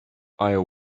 aisle